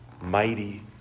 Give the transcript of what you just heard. mighty